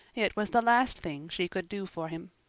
it was the last thing she could do for him.